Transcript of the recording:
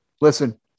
Listen